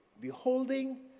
beholding